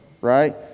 Right